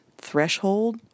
threshold